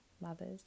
mother's